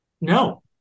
No